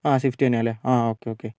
ആ സ്വിഫ്റ്റ് തന്നെയാണ് അല്ലെ ആ ഓക്കേ ഓക്കേ